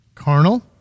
carnal